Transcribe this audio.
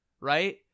right